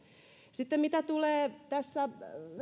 sitten mitä tulee tässä